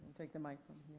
take the microphone